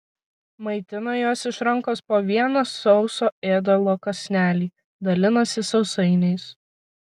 maitina juos iš rankos po vieną sauso ėdalo kąsnelį dalinasi sausainiais